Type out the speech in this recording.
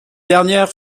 dernière